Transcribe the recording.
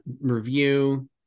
review